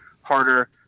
harder